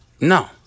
No